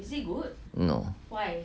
no